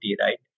right